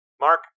Mark